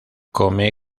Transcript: come